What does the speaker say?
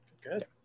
Good